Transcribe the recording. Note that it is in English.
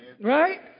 right